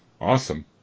Awesome